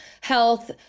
health